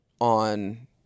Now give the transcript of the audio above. on